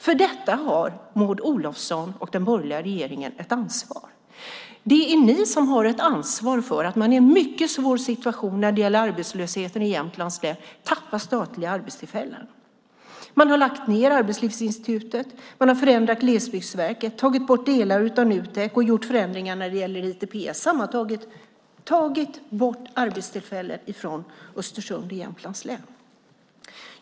För detta har Maud Olofsson och den borgerliga regeringen ett ansvar. Det är ni som har ett ansvar för att man i en mycket svår situation när det gäller arbetslösheten i Jämtlands län tappar statliga arbetstillfällen. Man har lagt ned Arbetslivsinstitutet, förändrat Glesbygdsverket, tagit bort delar av Nutek och gjort förändringar när det gäller ITPS, det vill säga tagit bort arbetstillfällen från Östersund i Jämtlands län.